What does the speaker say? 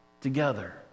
together